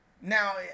Now